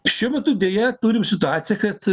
šiuo metu deja turim situaciją kad